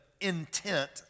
intent